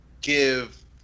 give